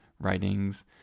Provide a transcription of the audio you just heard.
writings